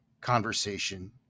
conversation